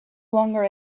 longer